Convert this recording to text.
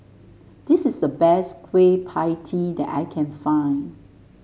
this is the best Kueh Pie Tee that I can find